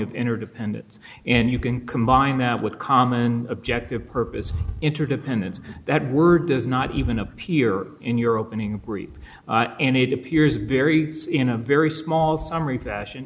you interdependence and you can combine that with common objective purpose interdependence that word does not even appear in your opening read any appears very in a very small summary fashion